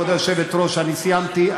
כבוד היושבת-ראש, אני סיימתי.